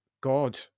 god